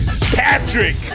Patrick